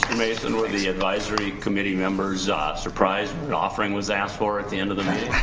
mason with the advisory committee members ah surprised offering was asked for at the end of the mail